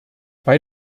bei